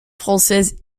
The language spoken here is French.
françaises